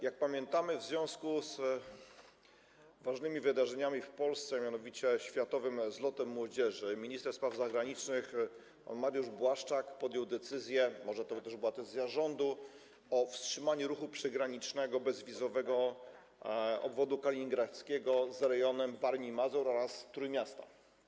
Jak pamiętamy, w związku z ważnymi wydarzeniami w Polsce, a mianowicie światowym zlotem młodzieży, minister spraw zagranicznych Mariusz Błaszczak podjął decyzję, może to była też decyzja zarządu, o wstrzymaniu ruchu przygranicznego bezwizowego między obwodem kaliningradzkim a rejonem Warmii i Mazur oraz Trójmiasta.